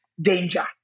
danger